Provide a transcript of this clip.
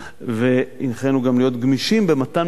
הנחינו גם להיות גמישים במתן מענים